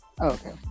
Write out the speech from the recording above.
Okay